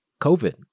COVID